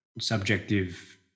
subjective